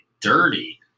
dirty